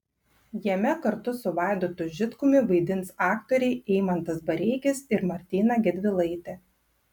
jame kartu su vaidotu žitkumi vaidins aktoriai eimantas bareikis ir martyna gedvilaitė